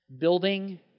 Building